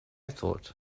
thought